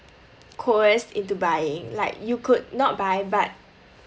coerced into buying like you could not buy but